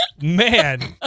man